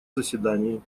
заседании